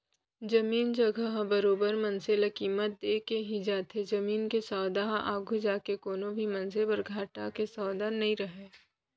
जमीन जघा ह बरोबर मनसे ल कीमत देके ही जाथे जमीन के सौदा ह आघू जाके कोनो भी मनसे बर घाटा के सौदा नइ रहय